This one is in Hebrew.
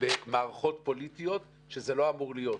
במערכות פוליטיות, שזה לא אמור להיות.